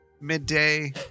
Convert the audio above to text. midday